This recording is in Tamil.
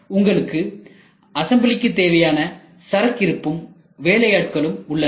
உங்களுக்கு அசம்பிளிக்கு தேவையான சரக்கிருப்பும் வேலையாட்களும் உள்ளனர்